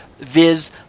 Viz